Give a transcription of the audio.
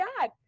God